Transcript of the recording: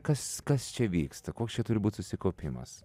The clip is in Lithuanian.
kas kas čia vyksta koks čia turi būt susikaupimas